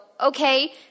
okay